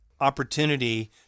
Opportunity